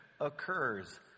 occurs